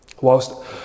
Whilst